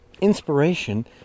Inspiration